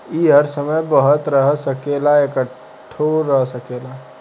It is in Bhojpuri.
ई हर समय बहत रह सकेला, इकट्ठो रह सकेला